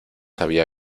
había